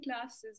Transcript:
classes